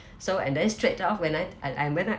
so and then straight off when I and I went up